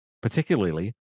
particularly